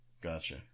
Gotcha